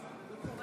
אפשר להגיד,